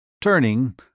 Turning